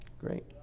Great